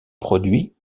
produit